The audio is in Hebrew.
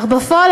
אך בפועל,